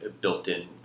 built-in